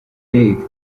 eight